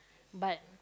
but